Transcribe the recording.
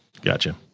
Gotcha